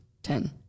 Ten